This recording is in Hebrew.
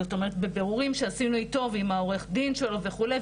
זאת אומרת בבירורים שעשינו איתו ועם עורך הדין שלו וכולי,